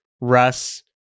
Russ